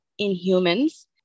Inhumans